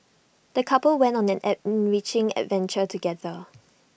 the couple went on an enriching adventure together